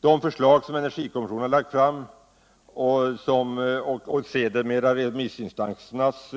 De förslag som energikommissionen har lagt fram, och sedermera remissinstansernas